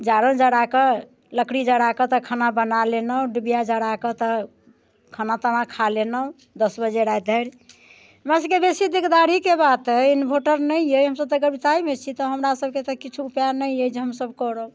जारनि जरा कऽ लकड़ी जरा कऽ तऽ खाना बना लेलहुँ डिबिया जरा कऽ तब खाना ताना खा लेलहुँ दस बजे राति धरि हमरासभके बेसी दिकदारीके बात अइ इन्वर्टर नहि अछि हमसभ तऽ गरीबताइमे छी तऽ हमरासभकेँ तऽ किछु उपाय नहि अछि जे हमसभ करब